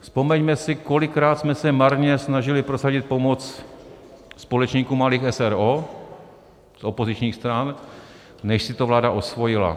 Vzpomeňme si, kolikrát jsme se marně snažili prosadit pomoc společníkům malých s. r. o. z opozičních stran, než si to vláda osvojila.